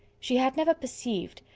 she had never perceived,